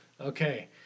okay